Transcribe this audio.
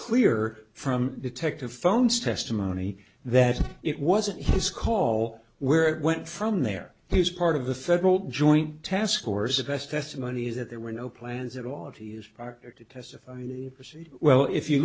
clear from detective phones testimony that it wasn't his call where it went from there he was part of the federal joint task force a best testimony is that there were no plans at all to use or to testify well if you